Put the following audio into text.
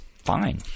Fine